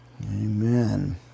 Amen